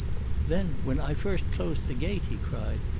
then, when i first closed the gate, he cried,